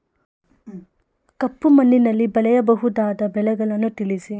ಕಪ್ಪು ಮಣ್ಣಿನಲ್ಲಿ ಬೆಳೆಯಬಹುದಾದ ಬೆಳೆಗಳನ್ನು ತಿಳಿಸಿ?